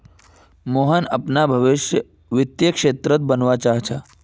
मोहन अपनार भवीस वित्तीय क्षेत्रत बनवा चाह छ